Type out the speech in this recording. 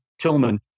Tillman